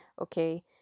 okay